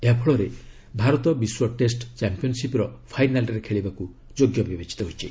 ଏହାଫଳରେ ଭାରତ ବିଶ୍ୱ ଟେଷ୍ଟ ଚାମ୍ପିୟନ୍ସିପ୍ର ଫାଇନାଲ୍ରେ ଖେଳିବାକୁ ଯୋଗ୍ୟ ବିବେଚିତ ହୋଇଛି